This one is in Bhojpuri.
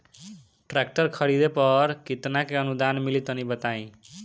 ट्रैक्टर खरीदे पर कितना के अनुदान मिली तनि बताई?